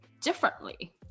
differently